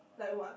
like what